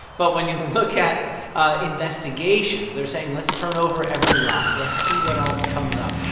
but when you look at investigations, they're saying let's turn over every rock. let's see what else comes up.